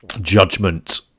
judgment